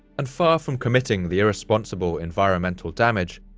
and far from committing the irresponsible environmental damage,